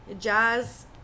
Jazz